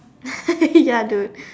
ya dude